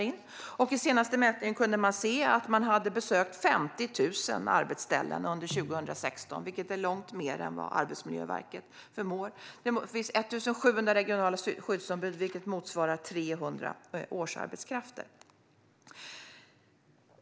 I senaste mätningen kunde man se att de hade besökt 50 000 arbetsställen under 2016, vilket är långt mer än vad Arbetsmiljöverket förmår. Det finns 1 700 regionala skyddsombud, vilket motsvarar 300 årsarbetskrafter.